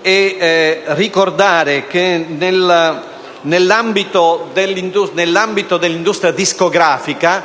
e ricordare che nell'ambito dell'industria discografica